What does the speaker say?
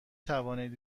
توانید